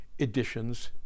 Editions